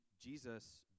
Jesus